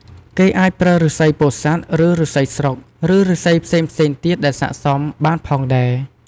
គេអាចប្រើឫស្សីពោធិ៍សាត់ ឫស្សីស្រុក ឬឫស្សីផ្សេងៗទៀតដែលស័ក្តិសមបានផងដែរ។